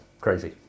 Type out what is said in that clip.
crazy